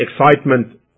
excitement